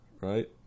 right